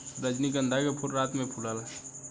रजनीगंधा के फूल रात में फुलाला